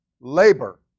labor